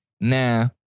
nah